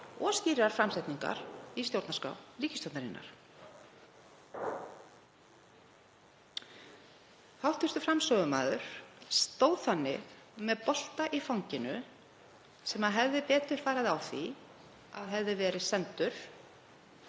og skýrrar framsetningar í stjórnarskrá ríkisstjórnarinnar. Hv. framsögumaður stóð þannig með bolta í fanginu sem hefði betur farið á því að hefði verið sendur